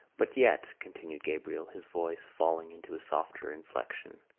but yet, continued gabriel, his voice falling into a softer inflection,